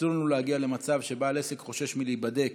אסור לנו להגיע למצב שבעל עסק חושש להיבדק,